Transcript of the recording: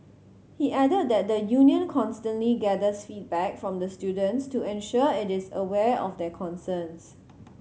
he added that the union constantly gathers feedback from the students to ensure it is aware of their concerns